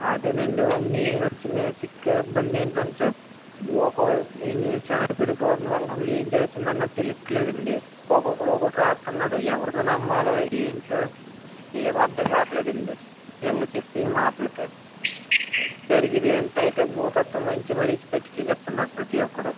అదేనండి మెయిన్ వచ్చిన చిక్కు ఇబ్బంది ఏంటంటే ఒక్కోళ్ళకి న్యూస్ ఛానల్ పెరిగిపోతుండడం వల్ల అసలు ఏం జరుగుతుందో అన్నది తెలియట్లేదు అండి ఒక్కొక్కడు ఒకటి వ్రాస్తున్నాడు ఎవరిది నమ్మాలో ఏంటో ఏం అర్థం కావట్లేదు అండి వీళ్ళు చెప్పిన మాటలకి జరిగేది ఇంతైతే భూతద్దంలో నుంచి మరీ పెట్టి చూపిస్తున్నాడు ప్రతీ ఒక్కడు